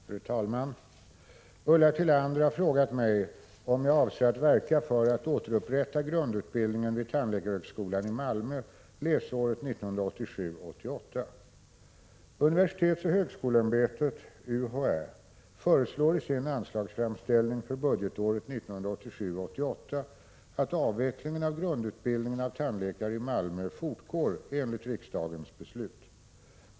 Fru talman! Ulla Tillander har frågat mig om jag avser att verka för att återupprätta grundutbildningen vid tandläkarhögskolan i Malmö läsåret 1987 88 att avvecklingen av grundutbildningen av tandläkare i Malmö fortgår enligt riksdagens beslut.